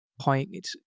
point